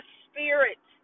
spirit